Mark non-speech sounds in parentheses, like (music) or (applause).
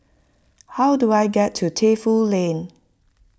how do I get to (unintelligible) Lane